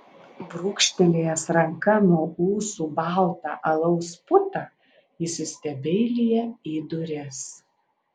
brūkštelėjęs ranka nuo ūsų baltą alaus putą įsistebeilija į duris